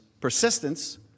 persistence